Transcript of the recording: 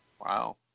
Wow